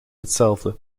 hetzelfde